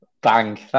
bang